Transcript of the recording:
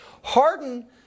Harden